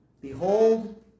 behold